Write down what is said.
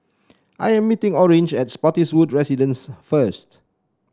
I am meeting Orange at Spottiswoode Residences first